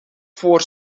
voor